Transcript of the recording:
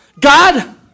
God